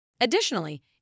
Additionally